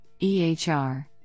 EHR